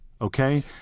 okay